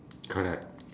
correct